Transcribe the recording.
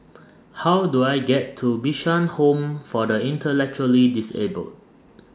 How Do I get to Bishan Home For The Intellectually Disabled